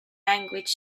languages